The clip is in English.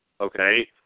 Okay